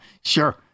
Sure